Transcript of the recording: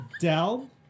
Dell